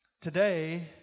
Today